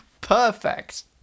Perfect